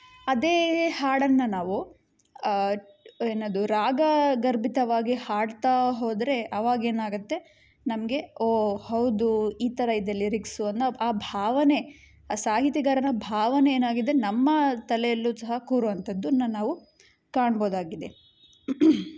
ಅದೇ ಹಾಡನ್ನು ನಾವು ಏನದು ರಾಗಗರ್ಭಿತವಾಗಿ ಹಾಡ್ತಾ ಹೋದರೆ ಅವಾಗ ಏನಾಗುತ್ತೆ ನಮಗೆ ಓ ಹೌದು ಈ ಥರ ಇದೆ ಲಿರಿಕ್ಸು ಅನ್ನೋ ಆ ಭಾವನೆ ಆ ಸಾಹಿತಿಗಾರರ ಭಾವನೆ ಏನಾಗಿದೆ ನಮ್ಮ ತಲೇಲೂ ಸಹ ಕೂರುವಂಥದ್ದನ್ನ ನಾವು ಕಾಣ್ಬೋದಾಗಿದೆ